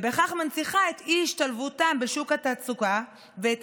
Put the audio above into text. ובכך מנציחה את אי-השתלבותם בשוק התעסוקה ואת